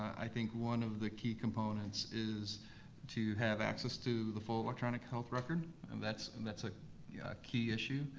i think one of the key components is to have access to the full electronic health record, and that's and a ah yeah key issue.